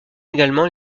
également